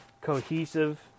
cohesive